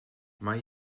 mae